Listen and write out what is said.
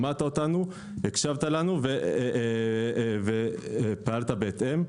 הקשבת לנו ופעלת בהתאם,